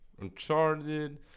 Uncharted